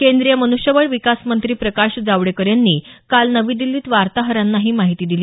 केंद्रीय मन्ष्यबळ विकास मंत्री प्रकाश जावडेकर यांनी काल नवी दिछीत वार्ताहरांना ही माहिती दिली